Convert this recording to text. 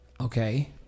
okay